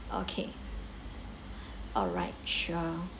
okay alright sure